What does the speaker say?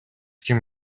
ким